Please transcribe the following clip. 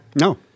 No